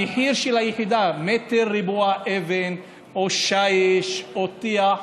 המחיר של היחידה, מטר רבוע אבן או שיש או טיח,